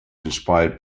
inspired